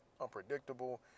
unpredictable